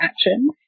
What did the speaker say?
action